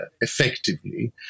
effectively